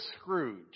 Scrooge